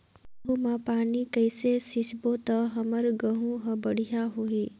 गहूं म पानी कइसे सिंचबो ता हमर गहूं हर बढ़िया होही?